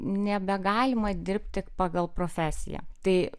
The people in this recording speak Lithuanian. nebegalima dirbti pagal profesiją tai